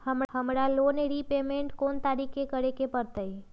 हमरा loan repayment कोन तारीख के करे के परतई?